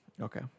Okay